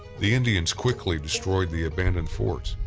the indians quickly destroyed the abandoned forts,